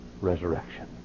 resurrection